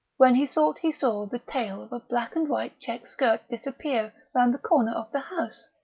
when he thought he saw the tail of a black-and-white check skirt disappear round the corner of the house.